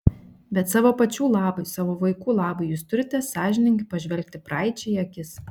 bet savo pačių labui savo vaikų labui jūs turite sąžiningai pažvelgti praeičiai į akis